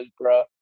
bro